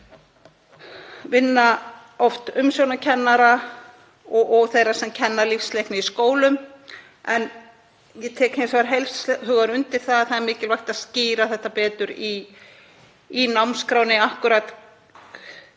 vinna umsjónarkennara og þeirra sem kenna lífsleikni í skólum en ég tek hins vegar heils hugar undir það að mikilvægt er að skýra það betur í námskránni hvernig